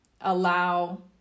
allow